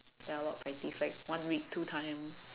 ya a lot of practice one week two times